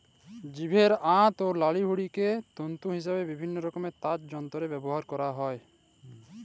জীবের আঁত অ লাড়িভুঁড়িকে তল্তু হিসাবে বিভিল্ল্য রকমের তার যল্তরে ব্যাভার ক্যরা হ্যয়